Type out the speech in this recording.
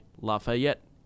Lafayette